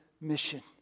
mission